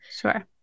sure